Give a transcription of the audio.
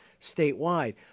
statewide